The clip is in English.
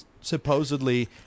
supposedly